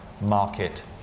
market